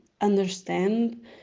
understand